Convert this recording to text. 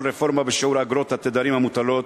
רפורמה בשיעור אגרות התדרים המוטלות.